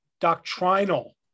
doctrinal